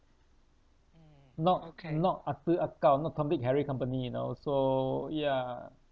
not not ah du ah kau not tom dick harry company you know so ya